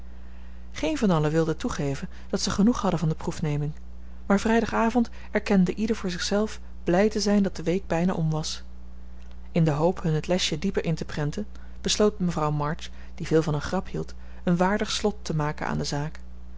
geen van allen wilde toegeven dat ze genoeg hadden van de proefneming maar vrijdagavond erkende ieder voor zichzelf blij te zijn dat de week bijna om was in de hoop hun het lesje dieper in te prenten besloot mevrouw march die veel van een grap hield een waardig slot te maken aan de zaak